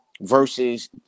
versus